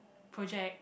project